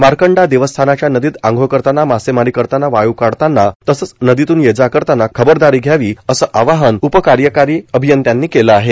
मार्कंडा देवस्थानाच्या नदीत आंघोळ करताना मासेमारी करताना वाळू काढताना तसेच नदीतून ये जा करताना खबरदारी घ्यावी असे आवाहन उपकार्यकारी अभियंत्यांनी केले आहे